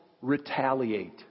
retaliate